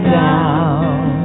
down